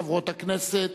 לחברות הכנסת,